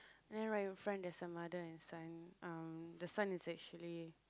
then right in front there's a mother and son um the son is actually